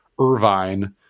Irvine